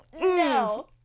No